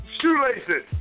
Shoelaces